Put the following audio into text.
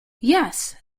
yes